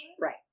Right